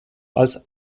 als